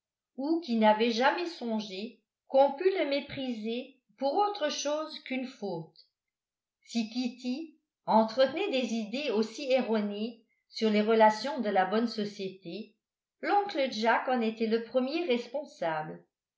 ou qui n'avait jamais songé qu'on pût le mépriser pour autre chose qu'une faute si kitty entretenait des idées aussi erronées sur les relations de la bonne société l'oncle jack en était le premier responsable